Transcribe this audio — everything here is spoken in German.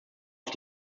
auf